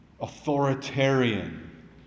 Authoritarian